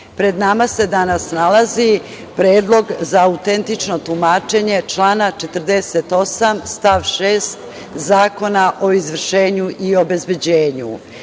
pre nama se danas nalazi Predlog za autentično tumačenje člana 48. stav 6. Zakona o izvršenju i obezbeđenju.